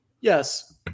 Yes